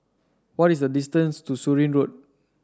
what is the distance to Surin Road